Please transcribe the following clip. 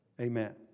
Amen